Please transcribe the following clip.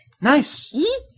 Nice